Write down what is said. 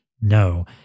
No